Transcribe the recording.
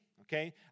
okay